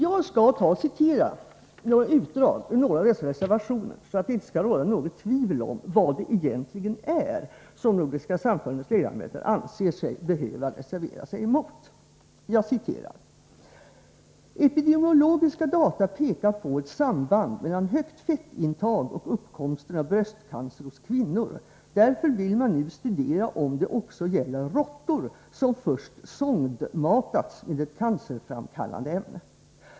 Jag skall citera utdrag ur några av dessa reservationer, så att det inte skall råda något tvivel om vad det egentligen är som Nordiska samfundets ledamöter anser sig behöva reservera sig emot. Reservation nr 1: ”Epidemiologiska data pekar på ett samband mellan högt fettintag och uppkomsten av bröstcancer hos kvinnor. Därför vill man nu studera om det också gäller råttor som först sondmatats med ett cancerframkallande ämne.